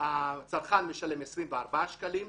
הצרכן משלם 24 שקלים,